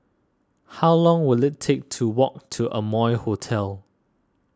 how long will it take to walk to Amoy Hotel